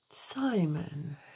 Simon